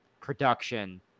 production